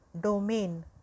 domain